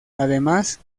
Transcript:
además